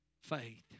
faith